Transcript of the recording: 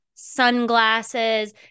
sunglasses